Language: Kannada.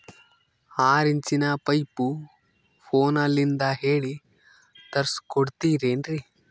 ಆರಿಂಚಿನ ಪೈಪು ಫೋನಲಿಂದ ಹೇಳಿ ತರ್ಸ ಕೊಡ್ತಿರೇನ್ರಿ?